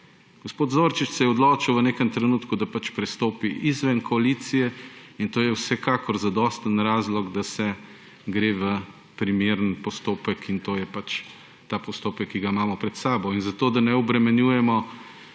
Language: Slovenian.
Gospod Zorčič se je odločil v nekem trenutku, da prestopi izven koalicije, in to je vsekakor zadosten razlog, da se gre v primeren postopek. In to je ta postopek, ki ga imamo pred sabo. Zato da ne obremenjujemo